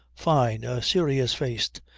fyne, a serious-faced,